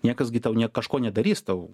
niekas gi tau ne kažko nedarys tau